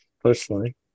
personally